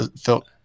felt